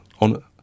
on